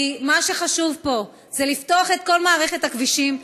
כי מה שחשוב פה זה לפתוח את כל מערכת הכבישים,